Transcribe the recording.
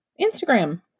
Instagram